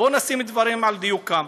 בואו נעמיד דברים על דיוקם: